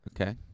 Okay